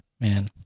Man